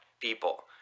people